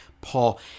Paul